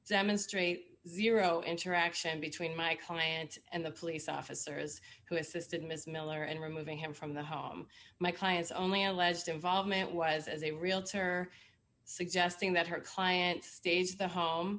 demonstrate zero interaction between my client and the police officers who assisted ms miller and removing him from the home my client's only alleged involvement was as a realtor suggesting that her client staged the home